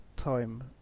Time